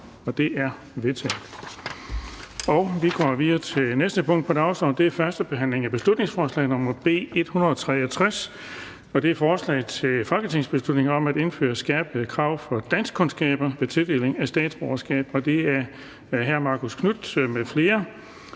Det er vedtaget. --- Det næste punkt på dagsordenen er: 17) 1. behandling af beslutningsforslag nr. B 163: Forslag til folketingsbeslutning om at indføre skærpede krav for danskkundskaber ved tildeling af statsborgerskab. Af Marcus Knuth (KF)